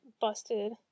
busted